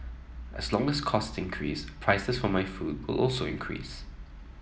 as long as cost increase prices for my food will also increase